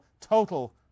total